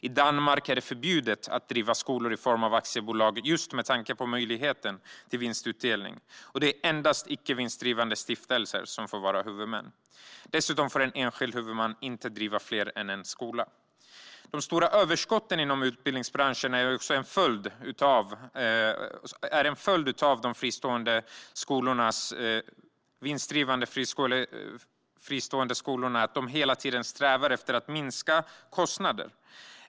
I Danmark är det förbjudet att driva skolor i form av aktiebolag, just med tanke på möjligheten till vinstutdelning, och det är endast icke vinstdrivande stiftelser som får vara huvudmän. Dessutom får en enskild huvudman inte driva fler än en skola. De stora överskotten inom utbildningsbranschen är en följd av att de vinstdrivande fristående skolorna hela tiden strävar efter att minska sina kostnader.